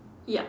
yup